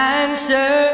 answer